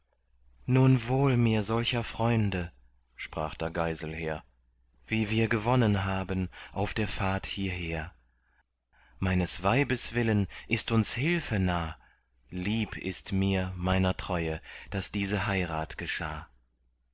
nun wohl mir solcher freunde sprach da geiselher wie wir gewonnen haben auf der fahrt hierher meines weibes willen ist uns hilfe nah lieb ist mir meiner treue daß diese heirat geschah